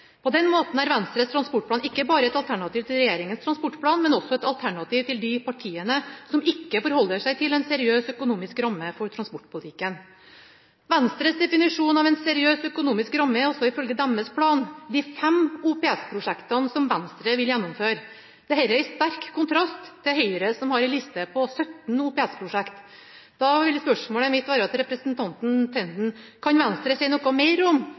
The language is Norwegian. På den måten er Venstres transportplan ikke bare et alternativ til regjeringas transportplan, men også et alternativ til de partiene som ikke forholder seg til en seriøs økonomisk ramme for transportpolitikken. Venstres definisjon av en seriøs økonomisk ramme er altså ifølge deres plan de fem OPS-prosjektene som Venstre vil gjennomføre. Dette står i sterk kontrast til Høyre, som har en liste på 17 OPS-prosjekt. Da er mitt spørsmål til representanten Tenden: Kan Venstre si noe mer om